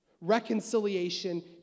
Reconciliation